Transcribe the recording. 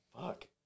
Fuck